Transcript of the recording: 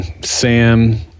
Sam